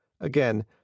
Again